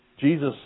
Jesus